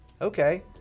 Okay